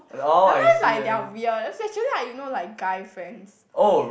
sometimes like they are weird especially like you know lilke guy friends